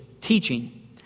teaching